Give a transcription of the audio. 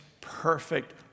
perfect